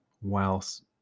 whilst